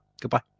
Goodbye